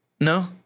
no